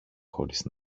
χωρίς